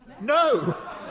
No